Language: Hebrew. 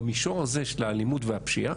במישור הזה של האלימות והפשיעה,